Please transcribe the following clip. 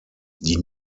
die